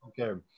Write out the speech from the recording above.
Okay